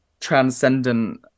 transcendent